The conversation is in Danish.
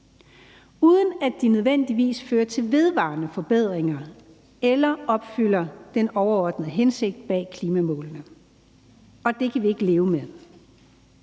uden at de nødvendigvis fører til vedvarende forbedringer eller opfylder den overordnede hensigt med klimamålene, og det kan vi ikke leve med.